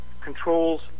controls